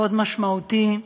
מאוד משמעותי,